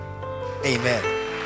amen